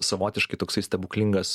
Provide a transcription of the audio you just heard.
savotiškai toksai stebuklingas